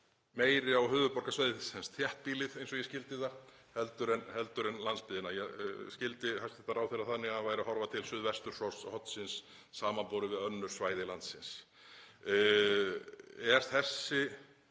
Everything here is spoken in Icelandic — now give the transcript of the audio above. meiri á höfuðborgarsvæðið, sem sagt þéttbýlið, eins og ég skildi það, heldur en landsbyggðina. Ég skildi hæstv. ráðherra þannig að hann væri að horfa til suðvesturhornsins samanborið við önnur svæði landsins.